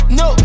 no